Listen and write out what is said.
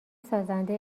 سازنده